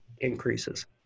increases